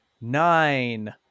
nine